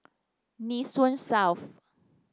Nee Soon South